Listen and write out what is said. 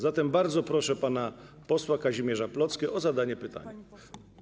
Zatem bardzo proszę pana posła Kazimierza Plocke o zadanie pytania.